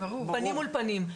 פנים מול פנים,